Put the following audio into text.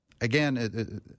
Again